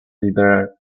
liberal